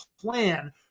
plan